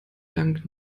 dank